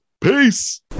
Peace